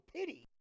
pity